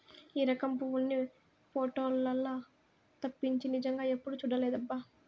ఈ రకం పువ్వుల్ని పోటోలల్లో తప్పించి నిజంగా ఎప్పుడూ చూడలేదబ్బా